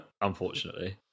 unfortunately